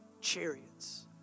chariots